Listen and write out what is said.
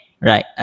right